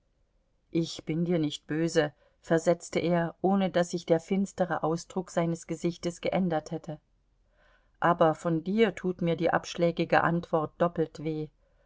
ich bin dir nicht böse versetzte er ohne daß sich der finstere ausdruck seines gesichtes geändert hätte aber von dir tut mir die abschlägige antwort doppelt weh